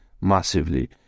massively